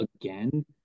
again